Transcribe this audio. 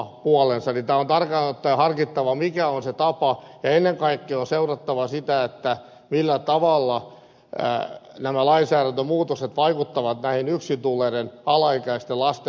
tämä on tarkkaan ottaen harkittava mikä on se tapa ja ennen kaikkea on seurattava sitä millä tavalla nämä lainsäädäntömuutokset vaikuttavat näiden yksin tulleiden alaikäisten lasten määrään